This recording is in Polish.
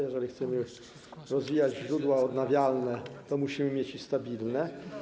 Jeżeli chcemy rozwijać źródła odnawialne, to musimy mieć i stabilne.